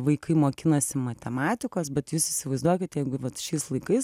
vaikai mokinasi matematikos bet jūs įsivaizduokit jeigu vat šiais laikais